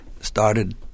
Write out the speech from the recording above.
started